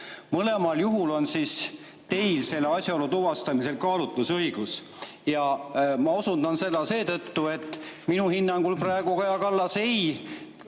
Mõlemal juhul on teil selle asjaolu tuvastamisel kaalutlusõigus. Ma osundan seda seetõttu, et minu hinnangul praegu Kaja Kallas ei